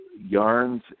yarns